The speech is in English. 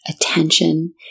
attention